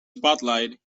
spotlight